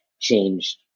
changed